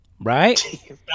right